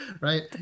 right